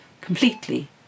completely